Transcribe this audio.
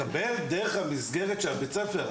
הוא מקבל דרך המסגרת של בית הספר.